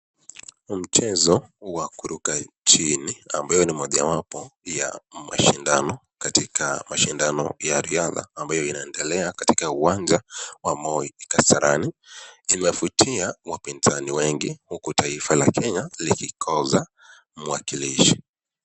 Ni mchezo wa kuruka chini ambayo ni mmojawapo ya mashindano katikati mashindano ya riadha ambayo inaendelea katikati uwanja wa moi kasarani ,imevutia wapinzani wengi huku Kenya likikosa mwakilishi